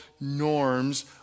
norms